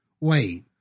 wait